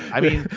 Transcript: i mean,